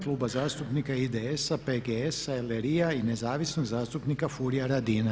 Kluba zastupnika IDS-a, PGS-a, LRI-a i nezavisnog zastupnika Furia Radina.